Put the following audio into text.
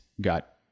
got